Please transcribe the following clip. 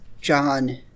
John